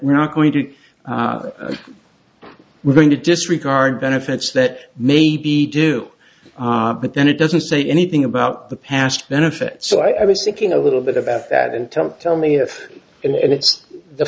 we're not going to we're going to disregard benefits that may be due but then it doesn't say anything about the past benefits so i was thinking a little bit about that and tell tell me if and